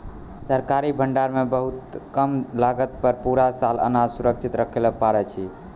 सरकारी भंडार मॅ बहुत कम लागत पर पूरा साल अनाज सुरक्षित रक्खैलॅ पारै छीं